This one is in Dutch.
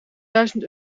duizend